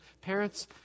Parents